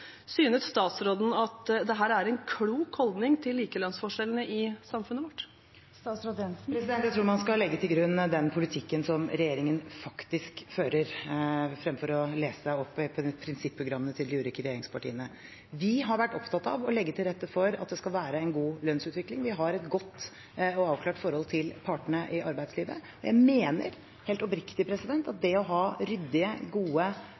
statsråden at dette er en klok holdning til likelønnsforskjellene i samfunnet vårt? Jeg tror man skal legge til grunn den politikken som regjeringen faktisk fører, fremfor å lese opp prinsipprogrammene til de ulike regjeringspartiene. Vi har vært opptatt av å legge til rette for at det skal være en god lønnsutvikling. Vi har et godt og avklart forhold til partene i arbeidslivet. Jeg mener helt oppriktig at det å ha ryddige, gode